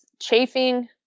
chafing